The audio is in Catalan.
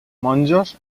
monjos